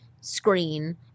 screen